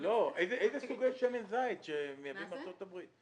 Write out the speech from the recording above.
איזה סוגי שמן זית מייבאים מארצות הברית?